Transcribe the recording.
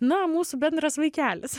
na mūsų bendras vaikelis